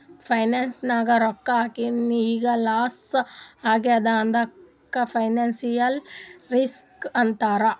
finance ನಾಗ್ ರೊಕ್ಕಾ ಹಾಕಿನ್ ಈಗ್ ಲಾಸ್ ಆಗ್ಯಾದ್ ಅದ್ದುಕ್ ಫೈನಾನ್ಸಿಯಲ್ ರಿಸ್ಕ್ ಅಂತಾರ್